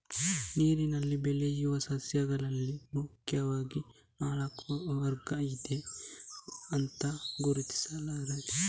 ನೀರಿನಲ್ಲಿ ಬೆಳೆಯುವ ಸಸ್ಯಗಳಲ್ಲಿ ಮುಖ್ಯವಾಗಿ ನಾಲ್ಕು ವರ್ಗ ಇದೆ ಅಂತ ಗುರುತಿಸ್ತಾರೆ